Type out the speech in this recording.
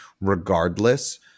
regardless